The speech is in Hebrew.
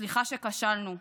סליחה שכשלנו,